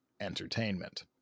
entertainment